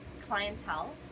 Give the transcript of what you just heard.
clientele